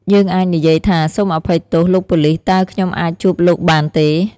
យើងអាចនិយាយថា "សូមអភ័យទោស លោកប៉ូលិស តើខ្ញុំអាចជួបលោកបានទេ?"